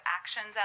actions